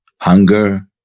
hunger